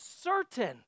certain